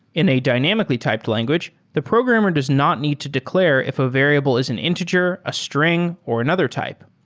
in a dynamically typed language, the programmer does not need to declare if a variable is an integer, a strong, or another type.